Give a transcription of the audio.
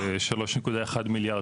כ-3.1 מיליארד